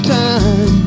time